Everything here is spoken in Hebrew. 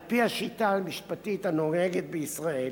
על-פי השיטה המשפטית הנוהגת בישראל